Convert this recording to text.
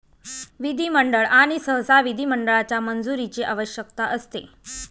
विधिमंडळ आणि सहसा विधिमंडळाच्या मंजुरीची आवश्यकता असते